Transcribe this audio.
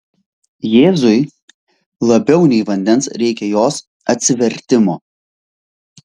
jėzui labiau nei vandens reikia jos atsivertimo